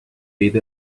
with